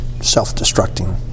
self-destructing